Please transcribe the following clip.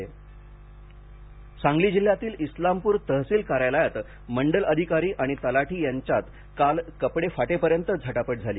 हाणामारी सांगली सांगली जिल्ह्यातील इस्लामपूर तहसील कार्यालयात मंडल अधिकारी आणि तलाठ्याची यांच्यात काल कपडे फाटेपर्यंत झटापट झाली